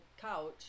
couch